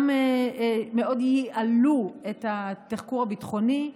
גם מאוד ייעלו את התחקור הביטחוני,